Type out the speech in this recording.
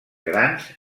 grans